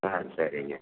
ஆ சரிங்க